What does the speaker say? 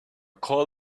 call